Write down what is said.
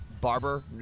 barber